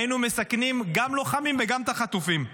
היינו מסכנים גם לוחמים וגם את החטופים.